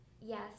Yes